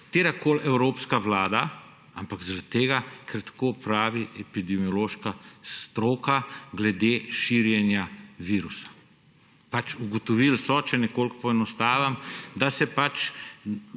katerakoli evropska vlada, ampak zaradi tega, ker tako pravi epidemiološka stroka glede širjenja virusa. Pač, ugotovili so, če nekoliko poenostavim, da se,